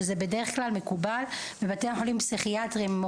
זה בדרך כלל מקובל בבתי החולים הפסיכיאטריים,